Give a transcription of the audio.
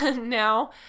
now